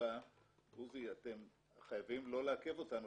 אתם חייבים לא לעכב אותנו.